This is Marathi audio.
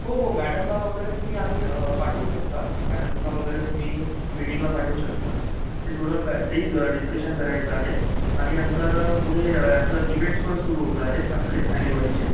हो हो मॅडमला वगैरे तुम्ही आणू श् पाठवू शकता मॅडमला वगैरे तुम्ही मिटिंगला पाठवू शकता ते थोडं पॅ ते ही डिस्कशन करायचं आहे आणि नंतर पुढे याचं इवेंट्स पण सुरू होत आहेत आपले ॲन्युअलचे